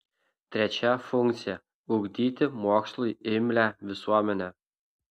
trečia funkcija ugdyti mokslui imlią visuomenę